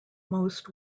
most